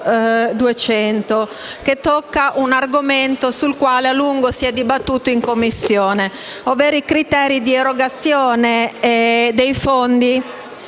che tocca un argomento sul quale a lungo si è dibattuto in Commissione, ovvero i criteri di erogazione dei fondi